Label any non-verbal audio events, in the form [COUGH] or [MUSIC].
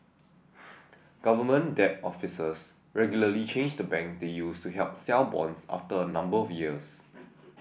[NOISE] government debt officers regularly change the banks they use to help sell bonds after a number of years